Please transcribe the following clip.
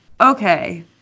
okay